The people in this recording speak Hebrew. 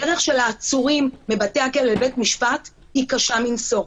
הדרך של העצורים מבתי הכלא לבית המשפט היא קשה מנשוא.